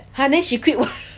!huh! then she quit what